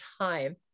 time